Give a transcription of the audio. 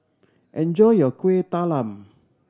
enjoy your Kueh Talam